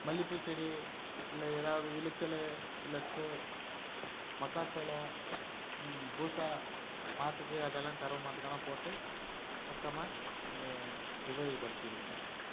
மல்லிப்பூச்செடி இல்லை ஏதாவது விளைச்சல் இல்லை சோ மக்காச் சோளம் பூட்டா மாட்டுக்கு அதெல்லாம் கறவை மாட்டுக்கெலாம் போட்டு பக்கமாக நம்ம உபயோகப்படுத்திடுவோங்க